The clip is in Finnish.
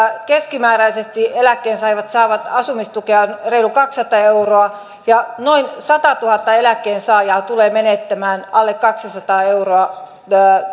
keskimääräisesti eläkkeensaajat saavat asumistukea reilu kaksisataa euroa ja noin satatuhatta eläkkeensaajaa tulee menettämään alle kaksisataa euroa